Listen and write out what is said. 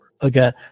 again